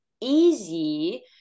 easy